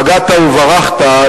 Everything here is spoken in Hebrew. פגעת וברחת,